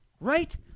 Right